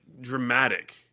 dramatic